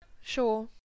Sure